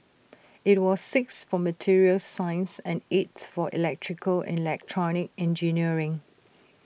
IT was sixth for materials science and eighth for electrical and electronic engineering